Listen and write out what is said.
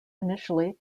initially